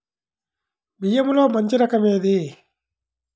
బియ్యంలో మంచి రకం ఏది?